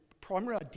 primary